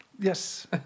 Yes